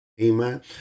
Amen